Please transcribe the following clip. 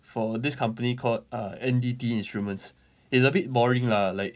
for this company called err N_D_T instruments it's a bit boring lah like